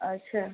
अच्छा